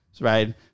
right